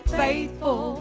faithful